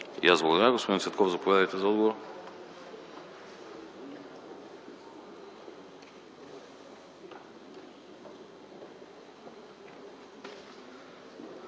И аз благодаря. Господин Цветков, заповядайте за отговор.